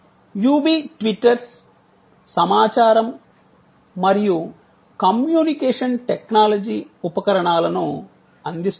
UB twitters సమాచారం మరియు communication technology ఉపకరణాలను అందిస్తుంది